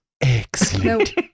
Excellent